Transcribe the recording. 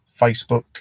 Facebook